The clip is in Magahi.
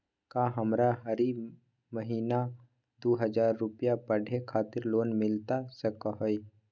का हमरा हरी महीना दू हज़ार रुपया पढ़े खातिर लोन मिलता सको है?